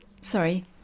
sorry